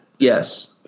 Yes